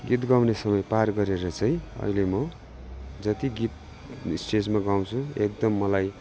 गीत गाउने समय पार गरेर चाहिँ अहिले म जति गीत स्टेजमा गाउँछु एकदम मलाई